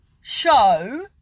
show